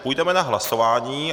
Půjdeme na hlasování.